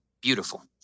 beautiful